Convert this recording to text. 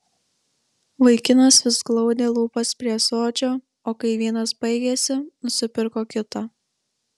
vaikinas vis glaudė lūpas prie ąsočio o kai vynas baigėsi nusipirko kitą